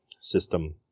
system